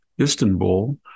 Istanbul